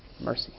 mercy